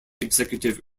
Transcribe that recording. executive